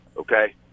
okay